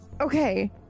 Okay